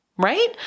right